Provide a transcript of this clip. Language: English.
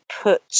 put